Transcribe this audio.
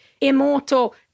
immortal